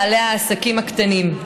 בעלי העסקים הקטנים.